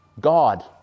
God